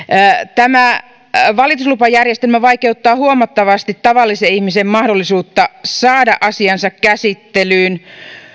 tämä valituslupajärjestelmä vaikeuttaa huomattavasti tavallisen ihmisen mahdollisuutta saada asiansa käsittelyyn